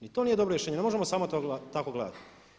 Ni to nije dobro rješenje, ne možemo to samo tako gledati.